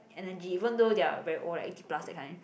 energy even though they are very old like eighty plus that kind